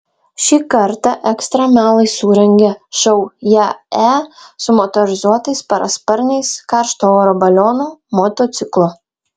šį kartą ekstremalai surengė šou jae su motorizuotais parasparniais karšto oro balionu motociklu